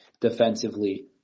defensively